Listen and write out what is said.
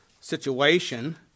situation